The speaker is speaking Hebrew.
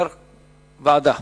ועדה.